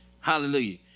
Hallelujah